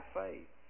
faith